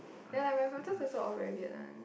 ya like my photos is all very weird one